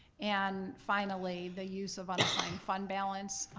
and finally, the use of unassigned fund balance,